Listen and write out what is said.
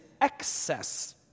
excess